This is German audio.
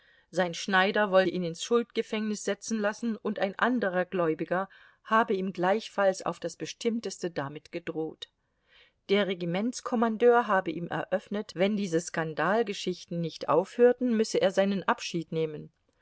sein schneider wolle ihn ins schuldgefängnis setzen lassen und ein anderer gläubiger habe ihm gleichfalls auf das bestimmteste damit gedroht der regimentskommandeur habe ihm eröffnet wenn diese skandalgeschichten nicht aufhörten müsse er seinen abschied nehmen